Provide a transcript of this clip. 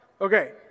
Okay